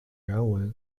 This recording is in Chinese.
原文